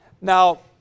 Now